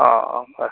ꯑꯣ ꯑꯣ ꯍꯣꯏ